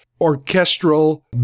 orchestral